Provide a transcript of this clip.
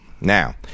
Now